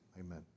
amen